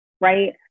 Right